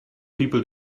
people